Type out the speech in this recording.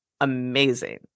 amazing